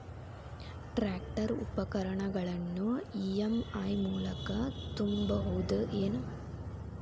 Tractor ಉಪಕರಣಗಳನ್ನು EMI ಮೂಲಕ ತುಂಬಬಹುದ ಏನ್?